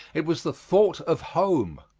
it was the thought of home.